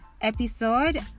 episode